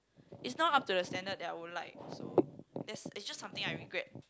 it's not up to the standard that I would like so it's it's just something I regret